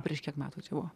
prieš kiek metų čia buvo